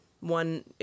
One